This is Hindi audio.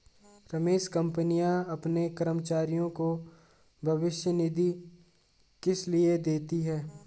रमेश कंपनियां अपने कर्मचारियों को भविष्य निधि किसलिए देती हैं?